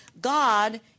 God